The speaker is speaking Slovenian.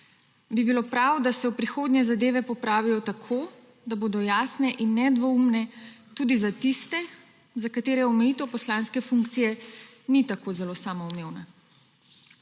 bi bilo prav, da se v prihodnje zadeve popravijo tako, da bodo jasne in nedvoumne tudi za tiste, za katere omejitev poslanske funkcije ni tako zelo samoumevna.